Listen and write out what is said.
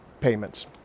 payments